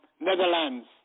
Netherlands